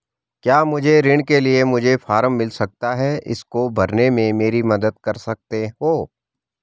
क्या मुझे ऋण के लिए मुझे फार्म मिल सकता है इसको भरने में मेरी मदद कर सकते हो?